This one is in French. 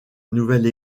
nouvelle